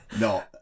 No